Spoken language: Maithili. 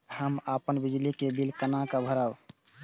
हम अपन बिजली के बिल केना भरब?